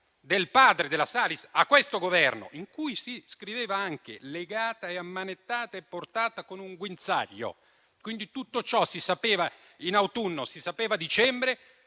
del padre della Salis a questo Governo, in cui si scriveva anche "legata, ammanettata e portata con un guinzaglio" - quindi tutto ciò lo si sapeva in autunno e lo si sapeva a dicembre